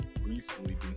recently